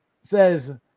says